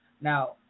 Now